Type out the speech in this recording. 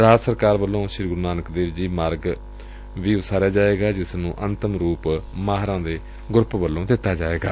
ਰਾਜ ਸਰਕਾਰ ਵੱਲੋਂ ਸ੍ਰੀ ਗੁਰੂ ਨਾਨਕ ਦੇਵ ਜੀ ਮਾਰਗ ਵੀ ਉਸਾਰਿਆ ਜਾਏਗਾ ਜਿਸ ਨੂੰ ਅੰਤਮ ਰੂਪ ਮਾਹਿਰਾਂ ਦੇ ਗਰੱਪ ਵੱਲੋਂ ਦਿੱਤਾ ਜਾਏਗਾ